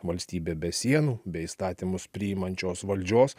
valstybė be sienų bei įstatymus priimančios valdžios